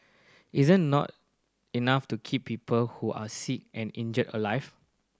isn't not enough to keep people who are sick and injured alive